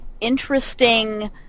interesting